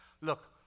Look